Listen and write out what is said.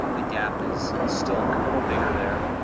the gap is still a little bigger there.